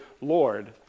Lord